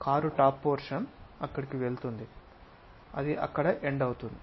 car top portion అక్కడకు వెళుతుంది అది అక్కడ ఎండ్ అవుతుంది